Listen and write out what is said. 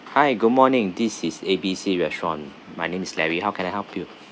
hi good morning this is A B C restaurant my name is larry how can I help you